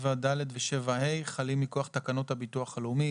7ד ו-7ה חלים מכוח תקנות הביטוח הלאומי,